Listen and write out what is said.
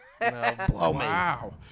Wow